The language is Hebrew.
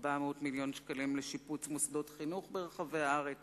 400 מיליון שקלים לשיפוץ מוסדות חינוך ברחבי הארץ